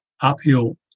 uphill